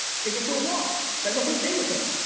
take her for a walk, spend the whole day with her.